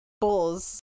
Bulls